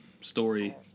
story